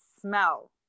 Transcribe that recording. smell